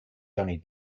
johnny